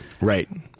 Right